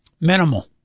Minimal